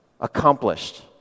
Accomplished